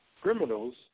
criminals